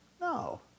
No